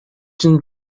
une